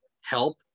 Help